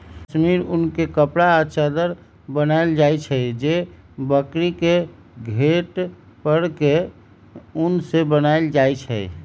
कस्मिर उन के कपड़ा आ चदरा बनायल जाइ छइ जे बकरी के घेट पर के उन से बनाएल जाइ छइ